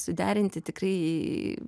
suderinti tikrai